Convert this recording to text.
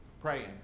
praying